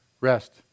rest